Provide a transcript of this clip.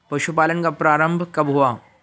पशुपालन का प्रारंभ कब हुआ?